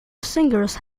singers